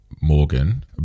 Morgan